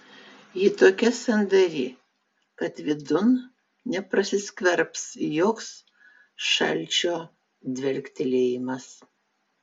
ji tokia sandari kad vidun neprasiskverbs joks šalčio dvelktelėjimas